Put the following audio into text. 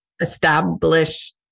establish